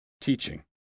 teaching